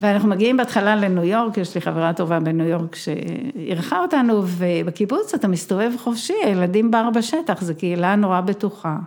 ואנחנו מגיעים בהתחלה לניו יורק, יש לי חברה טובה בניו יורק שארחה אותנו, ובקיבוץ אתה מסתובב חופשי, ילדים בר בשטח, זו קהילה נורא בטוחה.